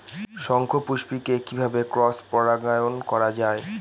শঙ্খপুষ্পী কে কিভাবে ক্রস পরাগায়ন করা যায়?